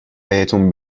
بهتون